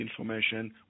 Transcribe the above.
information